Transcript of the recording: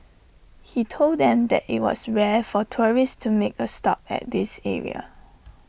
he told them that IT was rare for tourists to make A stop at this area